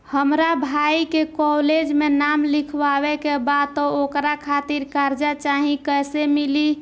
हमरा भाई के कॉलेज मे नाम लिखावे के बा त ओकरा खातिर कर्जा चाही कैसे मिली?